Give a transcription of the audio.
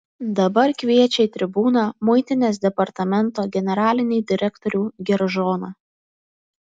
dabar kviečia į tribūną muitinės departamento generalinį direktorių geržoną